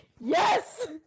Yes